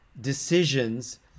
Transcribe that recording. decisions